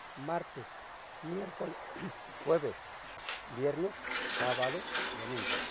Martes, miercoles, jueves, viernes, sábado. Domingo.